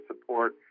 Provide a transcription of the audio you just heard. support